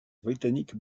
britannique